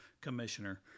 commissioner